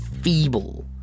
feeble